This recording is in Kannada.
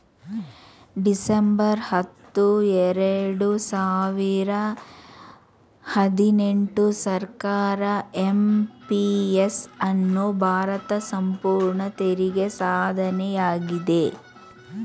ಡಿಸೆಂಬರ್ ಹತ್ತು ಎರಡು ಸಾವಿರ ಹದಿನೆಂಟು ಸರ್ಕಾರ ಎಂ.ಪಿ.ಎಸ್ ಅನ್ನು ಭಾರತ ಸಂಪೂರ್ಣ ತೆರಿಗೆ ಸಾಧನೆಯಾಗಿದೆ